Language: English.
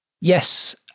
Yes